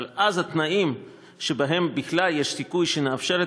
אבל אז התנאים שבהם בכלל יש סיכוי שנאפשר את